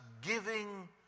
giving